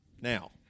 Now